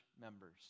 members